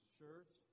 church